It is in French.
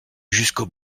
jusqu’au